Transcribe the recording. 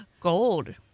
Gold